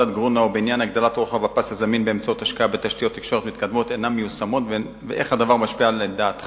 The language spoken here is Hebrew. פרופסור ראובן גרונאו את ממצאי הוועדה בראשותו בתחום שוק